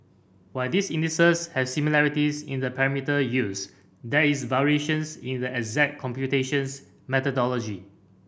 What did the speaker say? while these indexes has similarities in the parameter used there is variations in the exact computations methodology